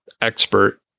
expert